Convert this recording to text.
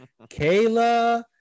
Kayla